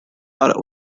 are